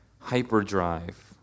hyperdrive